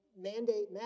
mandate